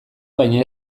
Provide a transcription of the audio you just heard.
baina